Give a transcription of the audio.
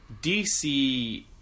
dc